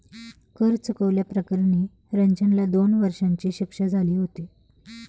कर चुकवल्या प्रकरणी रंजनला दोन वर्षांची शिक्षा झाली होती